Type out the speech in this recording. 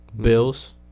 Bills